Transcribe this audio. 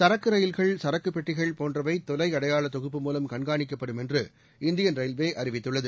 சரக்கு ரயில்கள் சரக்கு பெட்டிகள் போன்றவை தொலை அடையாள தொகுப்பு மூலம் கண்காணிக்கப்படும் என்று இந்தியன் ரயில்வே அறிவித்துள்ளது